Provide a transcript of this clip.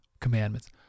commandments